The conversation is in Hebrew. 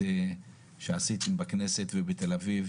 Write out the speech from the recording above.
והם בכוננות